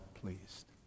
pleased